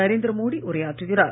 நரேந்திர மோடி உரையாற்றுகிறார்